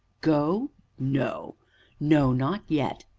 go no no, not yet!